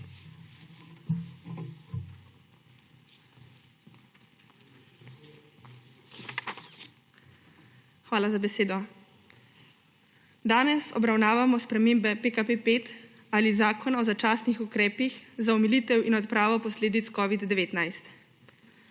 Hvala za besedo. Danes obravnavamo spremembe PKP 5 ali Zakona o začasnih ukrepih za omilitev in odpravo posledic covida-19.